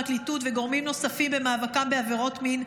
הפרקליטות וגורמים נוספים במאבקם בעבירות מין,